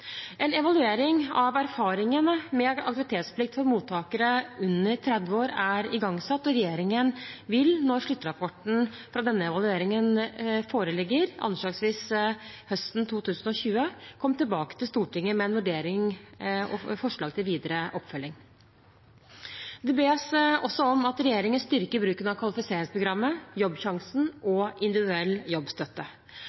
En evaluering av erfaringene med aktivitetsplikt for mottakere under 30 år er igangsatt, og regjeringen vil når sluttrapporten fra denne evalueringen foreligger – anslagsvis høsten 2020 – komme tilbake til Stortinget med en vurdering og forslag til videre oppfølging. Det bes også om at regjeringen styrker bruken av kvalifiseringsprogrammet, Jobbsjansen og